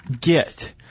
get